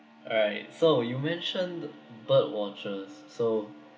alright so you mentioned bird watchers so